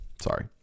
sorry